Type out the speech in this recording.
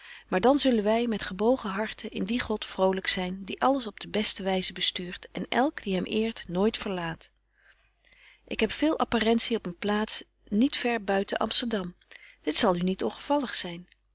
maar dan zullen wy met gebogen harten in dien god vrolyk zyn die alles op de beste wyze bestuurt en elk die hem eert nooit verlaat ik heb veel apparentie op een plaats niet verre buiten amsterdam dit zal u niet ongevallig zyn